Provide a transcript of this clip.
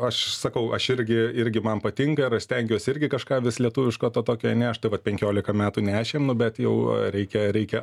aš sakau aš irgi irgi man patinka ir aš stengiuosi irgi kažką vis lietuviško to tokio ane aš tai vat penkiolika metų nešėm nu bet jau reikia reikia